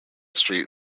street